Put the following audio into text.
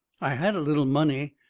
i had a little money.